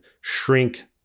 shrink